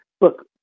look